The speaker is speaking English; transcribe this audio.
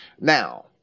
Now